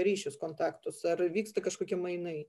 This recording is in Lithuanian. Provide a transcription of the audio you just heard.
ryšius kontaktus ar vyksta kažkokie mainai